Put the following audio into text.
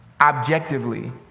Objectively